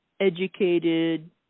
educated